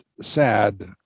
sad